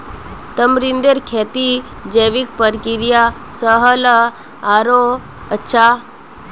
तमरींदेर खेती जैविक प्रक्रिया स ह ल आरोह अच्छा